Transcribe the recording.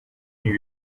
new